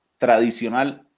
tradicional